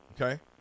okay